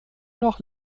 noch